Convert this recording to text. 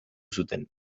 zuten